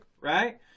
right